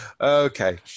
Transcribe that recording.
Okay